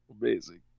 Amazing